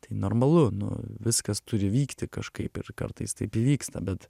tai normalu nu viskas turi vykti kažkaip ir kartais taip įvyksta bet